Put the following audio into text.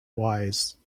wise